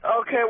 Okay